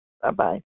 Bye-bye